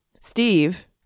Steve